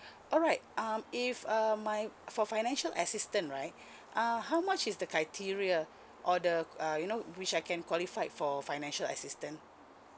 alright um if uh my for financial assistance right uh how much is the criteria or the uh you know which I can qualified for financial assistance